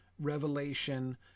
revelation